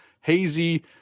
hazy